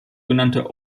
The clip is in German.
genannte